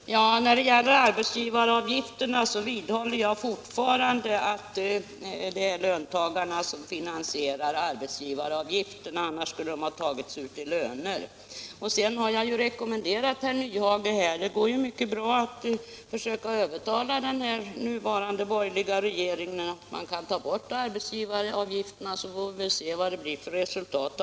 Herr talman! När det gäller arbetsgivaravgifterna vidhåller jag fortfarande att det är löntagarna som finansierar dessa. Annars skulle detta ha tagits ut i löner. Jag har ju rekommenderat herr Nyhage att försöka övertala den borgerliga regeringen att ta bort arbetsgivaravgifterna; då får vi se vad det blir för resultat.